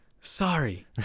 Sorry